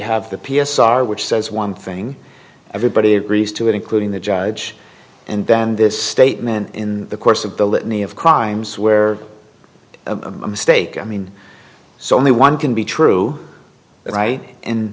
have the p s r which says one thing everybody agrees to including the judge and then this statement in the course of the litany of crimes where a mistake i mean so anyone can be true right and